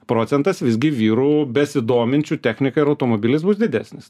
procentas visgi vyrų besidominčių technika ir automobiliais bus didesnis